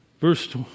Verse